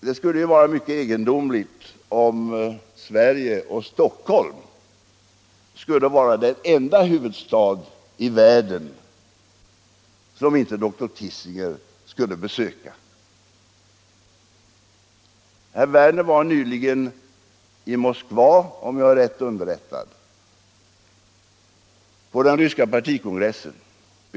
Det skulle vara mycket egendomligt om Stockholm skulle vara den enda huvudstad i världen som dr Kissinger inte skulle besöka. Herr Werner var. om jag är rätt underrättad, nyligen i Moskva på den ryska partikongressen.